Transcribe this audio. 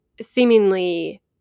seemingly